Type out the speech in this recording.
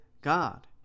God